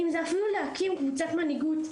אם זה אפילו להקים קבוצת מנהיגות,